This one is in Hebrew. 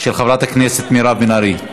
של חברת הכנסת מירב בן ארי.